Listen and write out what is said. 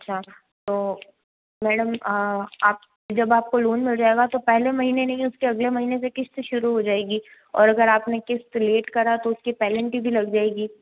अच्छा तो मैडम आप जब आपको लोन मिल जाएगा तो पहले महीने नहीं उसके अगले महीने से किश्त शुरू हो जाएगी और अगर आपने किश्त लेट करा तो उसकी पेनल्टी भी लग जाएगी